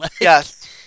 Yes